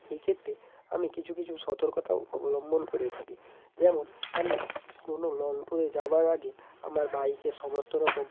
এইক্ষেত্তে আমি কিছু কিছু সর্তকতাও অবলম্বন করে থাকি যেমন আমি কোনো লং ট্যুরে যাবার আগে আমার বাইকের সমস্ত রকম